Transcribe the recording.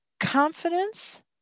confidence